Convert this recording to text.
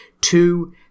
Two